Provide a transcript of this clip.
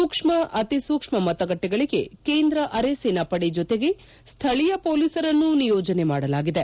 ಸೂಕ್ಷ್ಮ ಅತಿ ಸೂಕ್ಷ್ಮ ಮತಗಟ್ಟೆಗಳಿಗೆ ಕೇಂದ್ರ ಅರೆಸೇನಾಪಡೆ ಜೊತೆಗೆ ಸ್ಲಳೀಯ ಮೊಲೀಸರನ್ನು ನಿಯೋಜನೆ ಮಾಡಲಾಗಿದೆ